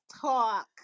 talk